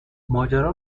ماجرا